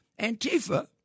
Antifa